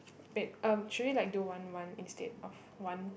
wait um should we like do one one instead of one